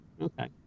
okay